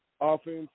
offense